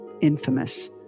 infamous